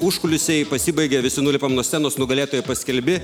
užkulisiai pasibaigė visi nulipam nuo scenos nugalėtojai paskelbi